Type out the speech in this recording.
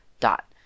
dot